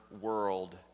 world